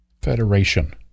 Federation